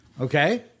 Okay